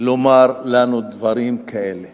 לומר לנו דברים כאלה